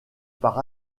par